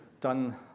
done